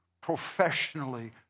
professionally